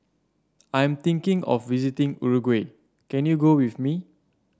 I'm thinking of visiting Uruguay can you go with me